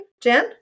Jen